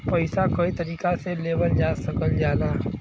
पइसा कई तरीका से लेवल जा सकल जाला